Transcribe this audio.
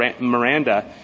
Miranda